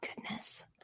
goodness